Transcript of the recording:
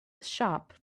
shop